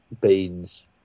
beans